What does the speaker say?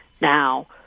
Now